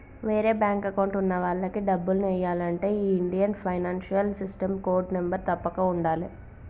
వేరే bank account ఉన్న వాళ్లకి డబ్బుల్ని ఎయ్యాలంటే ఈ Indian financial system code number తప్పక ఉండాలే